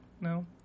No